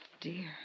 dear